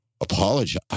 Apologize